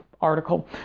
article